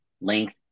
length